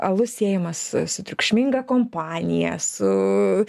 alus siejamas su triukšminga kompanija su